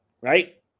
right